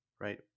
right